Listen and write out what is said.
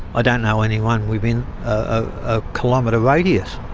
ah don't know anyone within a kilometre radius.